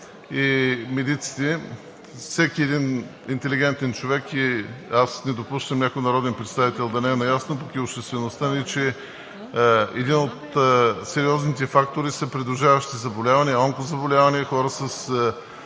и медиците, а всеки един интелигентен човек – не допускам някой народен представител да не е наясно, пък и обществеността ни, че един от сериозните фактори са придружаващите заболявания, онкозаболяванията, хората